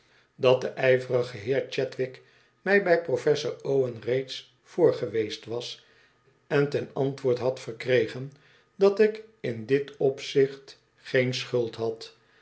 dat de ijverige heer chadwick mij bij professor owen reeds voor geweest was en ten antwoord had verkregen dat ik in dit opzicht geen schuld had